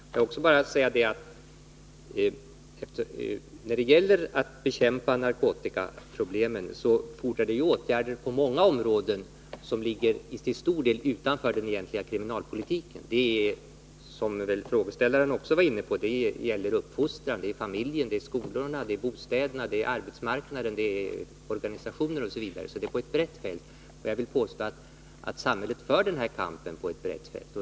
Låt mig också säga att bekämpningen av narkotikaproblemen fordrar åtgärder på många områden, som till stor del ligger utanför kriminalpolitiken. Det gäller — som väl frågeställaren också var inne på — uppfostran, familjen, skolorna, bostäderna, arbetsmarknaden, organisationerna osv. Det fordras alltså åtgärder på ett brett fält, och jag vill påstå att samhället också för kampen på det sättet.